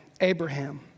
Abraham